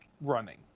running